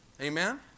Amen